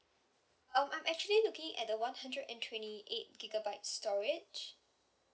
um I'm actually looking at the one hundred and twenty eight gigabyte storage